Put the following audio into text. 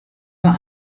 war